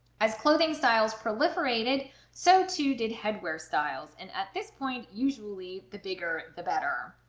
as clothing styles proliferated so too did headwear styles and at this point usually the bigger the better.